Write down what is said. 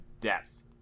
depth